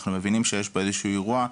אנחנו מבינים שיש פה איזשהו אירוע.